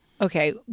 Okay